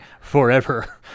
forever